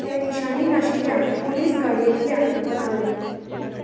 ते निशाणी नाशिल्ल्यान पुलीस गाडयेंतल्यान वताले